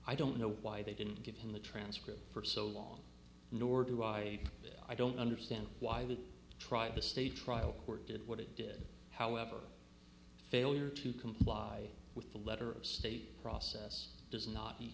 i don't know why they didn't give him the transcript for so long nor do i i don't understand why they tried to stay trial court did what it did however failure to comply with the letter of state process does not e